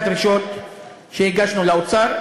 זה הדרישות שהגשנו לאוצר,